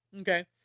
Okay